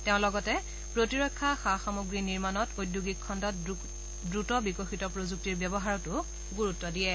তেওঁ লগতে প্ৰতিৰক্ষা সা সামগ্ৰী নিৰ্মাণত ঔদ্যোগিক খণ্ডত দ্ৰুত বিকশিত প্ৰযুক্তিৰ ব্যৱহাৰতো গুৰুত্ব দিয়ে